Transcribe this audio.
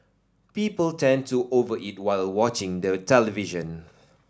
people tend to over eat while watching the television